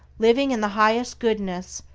living in the highest goodness,